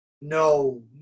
No